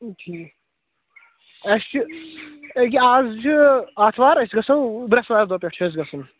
ٹھیٖک اَسہِ چھِ أکہِ اَز چھِ آتھوار أسۍ گژھو برٛیسوارِ دۄہ پیٚٹھٕ چھُ اَسہِ گژھُن